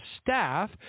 staff